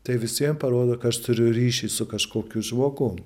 tai visvien parodo kad aš turiu ryšį su kažkokiu žmogum